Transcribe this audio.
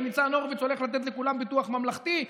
וניצן הורוביץ הולך לתת לכולם ביטוח ממלכתי.